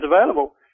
available